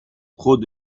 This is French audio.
trop